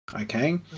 Okay